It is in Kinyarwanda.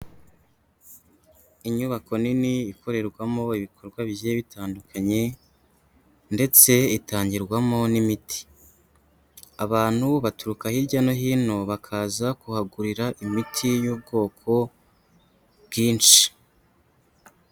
Inyubako nini ikorerwamo ibikorwa bigiye bitandukanye ndetse itangirwamo n'imiti. Abantu baturuka hirya no hino bakaza kuhagurira imiti y'ubwoko bwinshi.